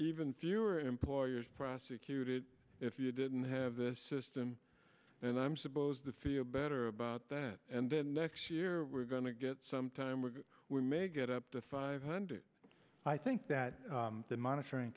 even fewer employers prosecuted if you didn't have this system and i'm supposed to feel better about that and then next year we're going to get some time or we may get up to five hundred i think that the monitoring